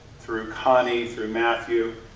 through connie, through matthew,